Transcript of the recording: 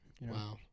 Wow